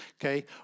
okay